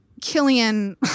Killian